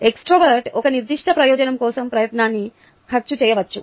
introvert ఒక నిర్దిష్ట ప్రయోజనం కోసం ప్రయత్నాన్ని ఖర్చు చేయవచ్చు